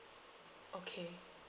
okay